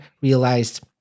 realized